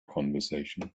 conversation